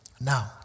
Now